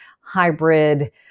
hybrid